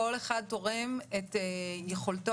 כל אחד תורם את יכולותיו,